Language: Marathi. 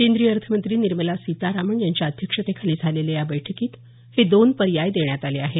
केंद्रीय अर्थमंत्री निर्मला सीतारामन यांच्या अध्यक्षतेखाली झालेल्या या बैठकीत हे दोन पर्याय देण्यात आले आहेत